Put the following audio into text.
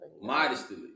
Modestly